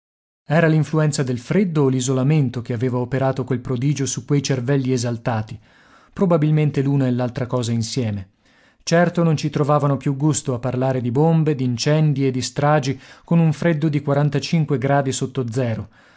era l'influenza del freddo o l'isolamento che aveva operato quel prodigio su quei cervelli esaltati probabilmente l'una e l'altra cosa insieme certo non ci trovavano più gusto a parlare di bombe d'incendi e di stragi con un freddo di sotto zero